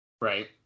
Right